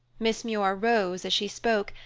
miss muir rose as she spoke,